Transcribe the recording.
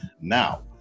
Now